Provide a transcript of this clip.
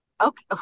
Okay